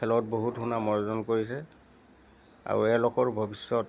খেলত বহুত সুনাম অৰ্জন কৰিছে আৰু এওঁলোকৰ ভৱিষ্যত